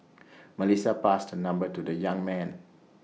Melissa passed her number to the young man